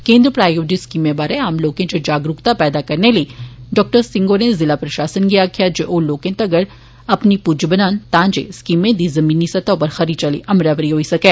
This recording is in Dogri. केंद्र प्रायोजित स्कीमें बारै आम लोकें इच जागरूकता पैदा करने लेई डॉ सिंह होरें जिला प्रशासन गी आक्खेआ जे ओ लोकें तगर अपनी पुज्ज बनान तां जे स्कीमें दी जमीनी स्तह उप्पर खरी चाल्ली अमलावरी होई सकै